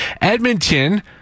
Edmonton